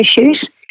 issues